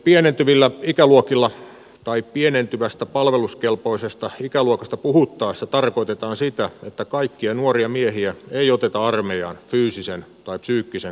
pienentyvillä ikäluokilla tai pienentyvästä palveluskelpoisesta ikäluokasta puhuttaessa tarkoitetaan sitä että kaikkia nuoria miehiä ei oteta armeijaan fyysisen tai psyykkisen kunnon takia